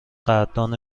قدردان